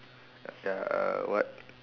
ya uh what